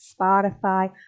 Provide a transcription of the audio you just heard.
Spotify